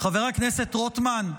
חבר הכנסת רוטמן,